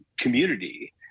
community